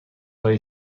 های